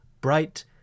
bright